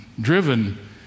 driven